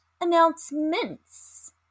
announcements